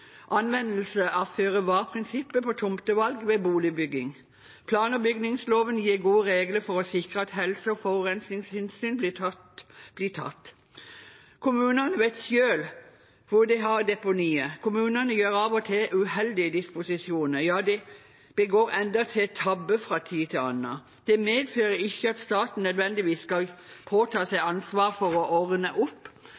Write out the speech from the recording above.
ved boligbygging. Plan- og bygningsloven gir gode regler for å sikre at helse- og forurensningshensyn blir tatt. Kommunene vet selv hvor de har deponier. Kommunene gjør av og til uheldige disposisjoner, ja de begår endatil tabber fra tid til annen. Det medfører ikke at staten nødvendigvis skal påta seg